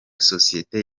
sosiyete